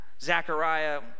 Zechariah